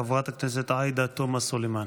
חברת הכנסת עאידה תומא סלימאן.